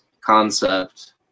concept